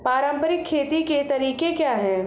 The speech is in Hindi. पारंपरिक खेती के तरीके क्या हैं?